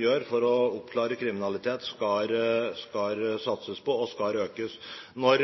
gjør for å oppklare kriminalitet, skal satses på og skal økes. Når